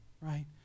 right